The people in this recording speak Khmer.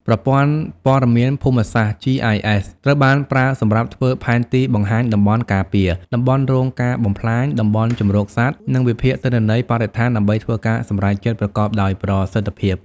ប្រព័ន្ធព័ត៌មានភូមិសាស្ត្រ GIS ត្រូវបានប្រើសម្រាប់ធ្វើផែនទីបង្ហាញតំបន់ការពារ តំបន់រងការបំផ្លាញ តំបន់ជម្រកសត្វ និងវិភាគទិន្នន័យបរិស្ថានដើម្បីធ្វើការសម្រេចចិត្តប្រកបដោយប្រសិទ្ធភាព។